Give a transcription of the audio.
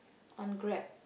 on grab